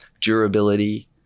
durability